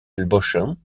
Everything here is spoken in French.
bochum